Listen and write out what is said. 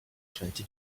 twenty